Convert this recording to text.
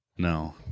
No